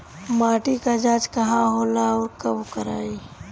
माटी क जांच कहाँ होला अउर कब कराई?